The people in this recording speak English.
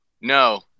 No